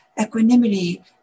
Equanimity